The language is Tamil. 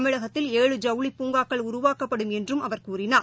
தமிழகத்தில் ஏழு ஜவுளி பூங்காக்கள் உருவாக்கப்படும் என்றும் அவர் கூறினார்